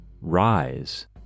rise